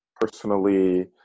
personally